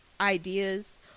ideas